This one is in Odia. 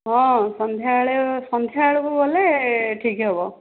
ହଁ ସନ୍ଧ୍ୟାବେଳେ ସନ୍ଧ୍ୟାବେଳକୁ ଗଲେ ଠିକ ହବ